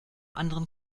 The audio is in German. anderen